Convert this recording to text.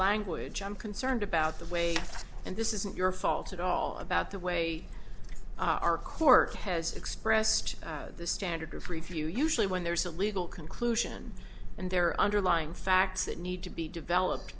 language i'm concerned about the way and this isn't your fault at all about the way our court has expressed the standard of review usually when there is a legal conclusion and there are underlying facts that need to be developed